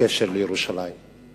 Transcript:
בקשר לירושלים, אחת